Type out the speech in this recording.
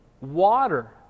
Water